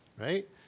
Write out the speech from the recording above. right